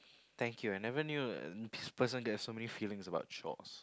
thank you I never knew uh this person gets so many feelings about chores